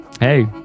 hey